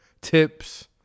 Tips